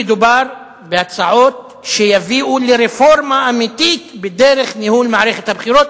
מדובר בהצעות שיביאו לרפורמה אמיתית בדרך ניהול מערכת הבריאות,